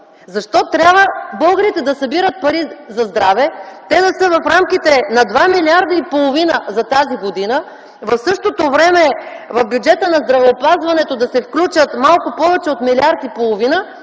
Защо трябва българите да събират пари за здраве, те да са в рамките на 2,5 млрд. за тази година, в същото време в бюджета на здравеопазването да се включат малко повече от 1,5 млрд.